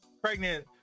pregnant